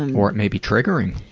and or it may be triggering.